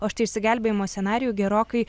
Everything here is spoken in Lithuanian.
o štai išsigelbėjimo scenarijų gerokai